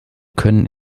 können